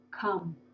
come